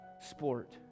sport